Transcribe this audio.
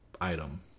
item